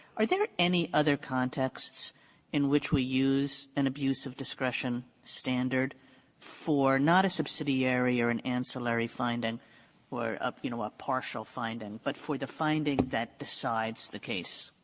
are there any other contexts in which we use an abuse of discretion standard for not a subsidiary or an ancillary finding or, you know, a partial finding, but for the finding that decides the case?